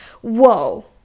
Whoa